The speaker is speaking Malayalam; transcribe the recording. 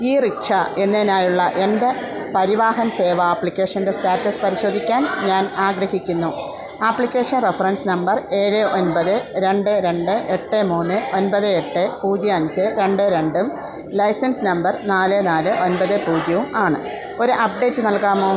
ഇറിക്ഷ എന്നതിനായുള്ള എൻ്റെ പരിവാഹൻ സേവാ ആപ്ലിക്കേഷൻ്റെ സ്റ്റാറ്റസ് പരിശോധിക്കാൻ ഞാൻ ആഗ്രഹിക്കുന്നു ആപ്ലിക്കേഷൻ റഫറൻസ് നമ്പർ ഏഴ് ഒൻപത് രണ്ട് രണ്ട് എട്ട് മൂന്ന് ഒൻപത് എട്ട് പൂജ്യം അഞ്ച് രണ്ട് രണ്ടും ലൈസൻസ് നമ്പർ നാല് നാല് ഒൻപത് പൂജ്യവും ആണ് ഒരു അപ്ഡേറ്റ് നൽകാമോ